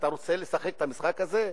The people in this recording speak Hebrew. אתה רוצה לשחק את המשחק הזה?